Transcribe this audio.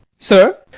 sir!